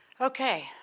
Okay